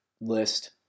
list